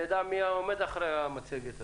שנדע מי העומד מאחורי המצגת הזאת.